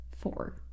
four